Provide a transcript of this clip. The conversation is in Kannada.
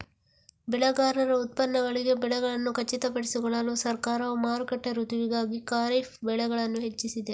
ಬೆಳೆಗಾರರ ಉತ್ಪನ್ನಗಳಿಗೆ ಬೆಲೆಗಳನ್ನು ಖಚಿತಪಡಿಸಿಕೊಳ್ಳಲು ಸರ್ಕಾರವು ಮಾರುಕಟ್ಟೆ ಋತುವಿಗಾಗಿ ಖಾರಿಫ್ ಬೆಳೆಗಳನ್ನು ಹೆಚ್ಚಿಸಿದೆ